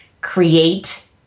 create